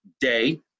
day